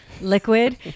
liquid